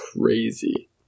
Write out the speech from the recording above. crazy